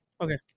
Okay